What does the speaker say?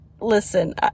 listen